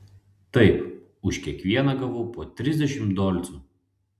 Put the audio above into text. taip už kiekvieną gavau po trisdešimt dolcų